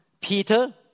Peter